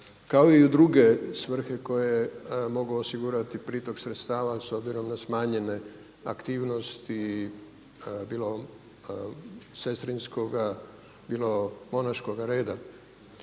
kao i u druge svrhe koje mogu osigurati pritok sredstava s obzirom na smanjenje aktivnosti bilo sestrinskoga, bilo monaškoga reda.